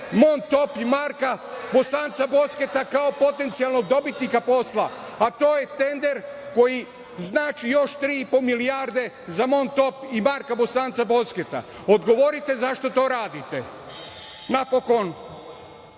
„Montop“ i Marka Bosanca Bosketa kao potencijalnog dobitnika posla, a to je tender koji znači još tri i po milijarde za „Montop“ i Marka Bosanca Bosketa odgovorite zašto to radite? Napokon,